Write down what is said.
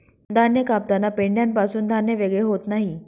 धान्य कापताना पेंढ्यापासून धान्य वेगळे होत नाही